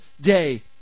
day